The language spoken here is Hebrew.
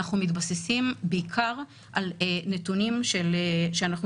אנחנו מתבססים בעיקר על נתונים שאנחנו